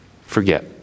forget